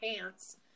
pants